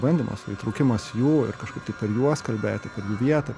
bandymas va įtraukimas jų ir kažkaip tai per juos kalbėti per jų vietą